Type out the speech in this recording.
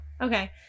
Okay